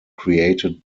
created